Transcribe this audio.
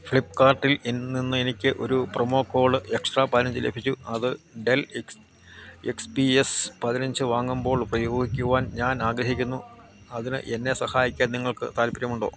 ഫ്ലിപ്പ്കാർട്ടിൽ നിന്ന് എനിക്ക് ഒരു പ്രൊമോ കോഡ് എക്സ്ട്രാ പതിനഞ്ച് ലഭിച്ചു അത് Dell X X P S പതിനഞ്ച് വാങ്ങുമ്പോൾ ഉപയോഗിക്കുവാൻ ഞാൻ ആഗ്രഹിക്കുന്നു അതിന് എന്നെ സഹായിക്കാൻ നിങ്ങൾക്കു താൽപ്പര്യമുണ്ടോ